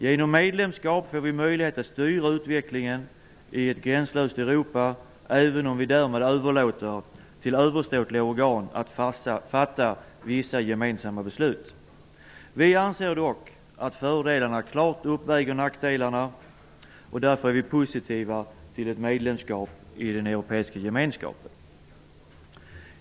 Genom medlemskap får vi möjlighet att styra utvecklingen i ett gränslöst Europa, även om vi därmed överlåter till överstatliga organ att fatta vissa gemensamma beslut. Vi anser dock att fördelarna klart uppväger nackdelarna. Därför är vi positiva till medlemskap i den europeiska gemenskapen.